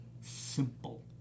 simple